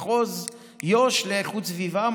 מחוז יו"ש לאיכות סביבה,